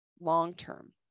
long-term